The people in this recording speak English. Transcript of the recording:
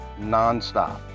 nonstop